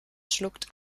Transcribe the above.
schluckt